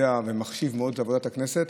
יודע ומחשיב את עבודת הכנסת,